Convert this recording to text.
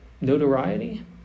notoriety